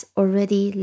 already